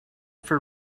for